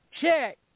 check